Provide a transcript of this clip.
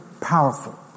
powerful